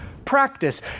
practice